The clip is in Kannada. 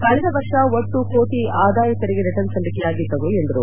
ಕಳೆದ ವರ್ಷ ಒಟ್ನು ಕೋಟಿ ಆದಾಯ ತೆರಿಗೆ ರಿಟರ್ನ್ಸ್ ಸಲ್ಲಿಕೆಯಾಗಿದ್ದವು ಎಂದರು